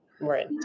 Right